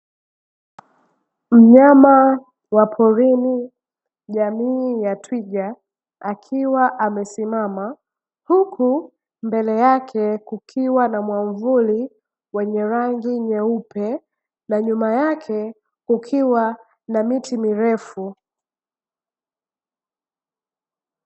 Mnyama wa porini jamii ya twiga akiwa amesimama, huku mbele yake kukiwa na mwamvuli wenye rangi nyeupe na nyuma yake kukiwa na miti mirefu.